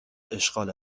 اشغال